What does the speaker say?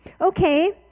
Okay